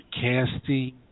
casting